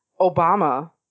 Obama